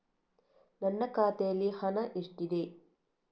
ನನ್ನ ಖಾತೆಯಲ್ಲಿ ಹಣ ಎಷ್ಟಿದೆ?